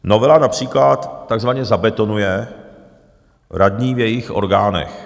Novela například takzvaně zabetonuje radní v jejich orgánech.